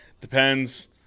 Depends